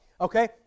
okay